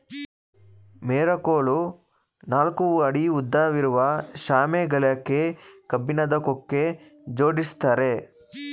ಮೆರಕೋಲು ನಾಲ್ಕು ಅಡಿ ಉದ್ದವಿರುವ ಶಾಮೆ ಗಳಕ್ಕೆ ಕಬ್ಬಿಣದ ಕೊಕ್ಕೆ ಜೋಡಿಸಿರ್ತ್ತಾರೆ